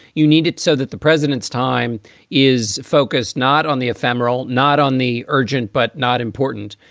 you need it so that the president's time is focused not on the ephemeral, not on the urgent, but not important,